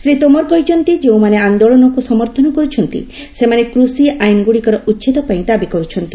ଶ୍ରୀ ତୋମର କହିଛନ୍ତି ଯେଉଁମାନେ ଆନ୍ଦୋଳନକୁ ସମର୍ଥନ କରୁଛନ୍ତି ସେମାନେ କୃଷି ଆଇନ୍ଗୁଡ଼ିକର ଉଚ୍ଛେଦ ପାଇଁ ଦାବି କରୁଛନ୍ତି